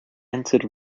entered